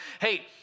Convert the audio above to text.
Hey